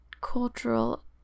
cultural